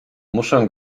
muszę